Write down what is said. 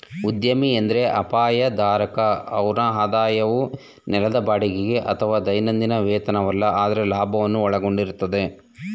ಉದ್ಯಮಿ ಎಂದ್ರೆ ಅಪಾಯ ಧಾರಕ ಅವ್ರ ಆದಾಯವು ನೆಲದ ಬಾಡಿಗೆಗೆ ಅಥವಾ ದೈನಂದಿನ ವೇತನವಲ್ಲ ಆದ್ರೆ ಲಾಭವನ್ನು ಒಳಗೊಂಡಿರುತ್ತೆ